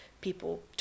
people